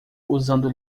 usando